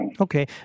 Okay